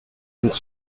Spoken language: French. pour